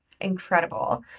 incredible